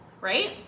Right